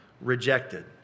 rejected